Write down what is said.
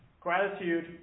gratitude